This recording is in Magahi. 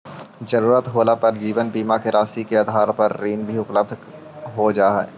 ज़रूरत होला पर जीवन बीमा के राशि के आधार पर ऋण भी उपलब्ध हो जा हई